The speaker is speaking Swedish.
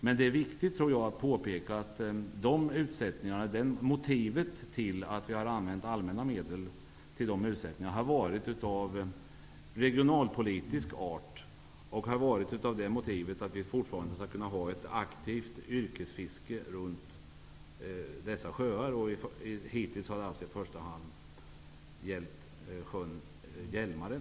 Men det är viktigt att påpeka att motivet till att vi har använt allmänna medel för detta har varit av regionalpolitisk art. Anledningen har varit att vi fortfarande skall kunna ha ett aktivt yrkesfiske runt dessa sjöar. Hittills har det alltså i första hand gällt sjön Hjälmaren.